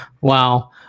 Wow